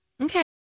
Okay